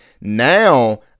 Now